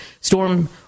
storm